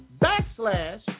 backslash